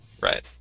Right